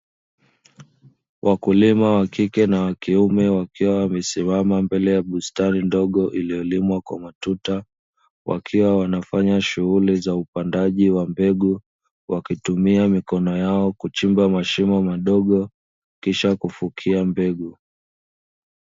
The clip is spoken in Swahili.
Wakulima wakike na wakiume wakiwa wamesimama mbele ya bustani ndogo iliyolimwa kwa matuta, wakiwa wanafanya shughuli za upandaji wa mbegu, wakitumia mikono yao kuchimba mashimo madogo kisha kufukia mbegu.